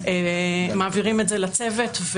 מעבירים את זה לצוות.